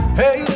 hey